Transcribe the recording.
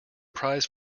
prize